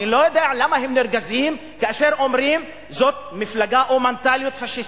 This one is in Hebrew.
אני לא יודע למה הם נרגזים כשאומרים שזאת מפלגה או מנטליות פאשיסטית.